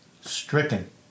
stricken